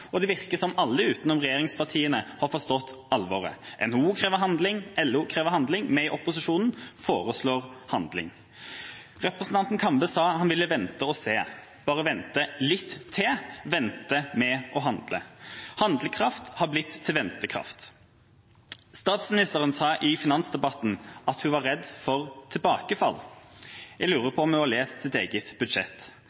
og det virker som om alle utenom regjeringspartiene har forstått alvoret. NHO krever handling, LO krever handling, og vi i opposisjonen foreslår handling. Representanten Kambe sa han ville vente og se, bare vente litt til, vente med å handle. Handlekraft har blitt til ventekraft. Statsministeren sa i finansdebatten at hun var redd for tilbakefall. Jeg lurer